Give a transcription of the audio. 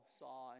saw